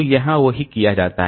तो यहाँ वही कहा जाता है